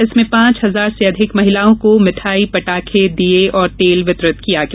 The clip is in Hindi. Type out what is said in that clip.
इसमें पांच हज़ार से अधिक महिलाओं को भिठाई पटाखे दिए और तेल वितरित किया गया